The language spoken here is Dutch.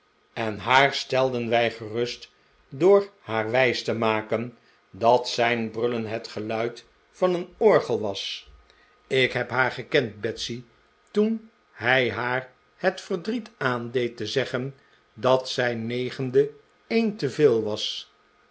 en haar stelden wij gerust door haar wijs te maken dat zijn brullen het geluid van een orgel was ik heb haar gekend betsy toen hij haar het verdriet aandeed te zeggen dat zijn negende een te veel was